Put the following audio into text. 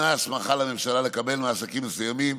ניתנה הסמכה לממשלה לקבל מעסקים מסוימים,